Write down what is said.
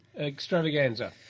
extravaganza